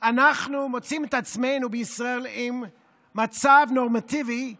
אנחנו מוצאים את עצמנו בישראל עם מצב נורמטיבי מיושן.